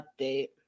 update